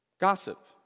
Gossip